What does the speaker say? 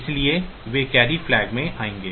इसलिए वे carry flag में आएंगे